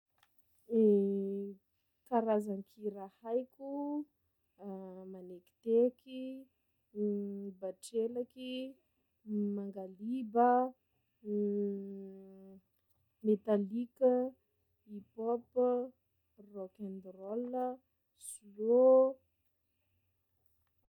Karazan-kira haiko: manekiteky, batrelaky, mangaliba, metalique, hip hop, rock and roll, slow.